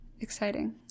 exciting